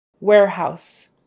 Warehouse